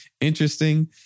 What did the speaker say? interesting